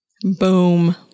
Boom